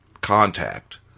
contact